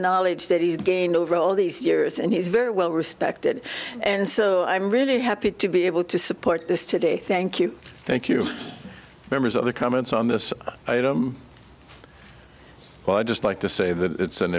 knowledge that he's gained over all these years and he's very well respected and so i'm really happy to be able to support this today thank you thank you members of the comments on this item well i'd just like to say that it's an